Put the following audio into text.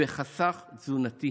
בחסך תזונתי,